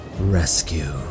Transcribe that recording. rescue